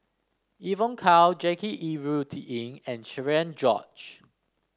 Evon Kow Jackie Yi Ru Ying and Cherian George